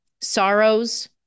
sorrows